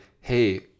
hey